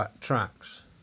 tracks